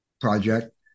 project